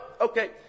Okay